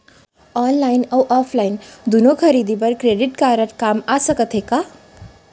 Online अऊ offline दूनो खरीदी बर क्रेडिट कारड काम आप सकत हे का?